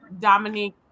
dominique